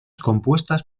compuestas